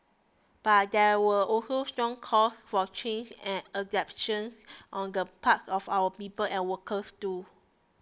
but there were also strong calls for changes and adaptations on the part of our people and workers too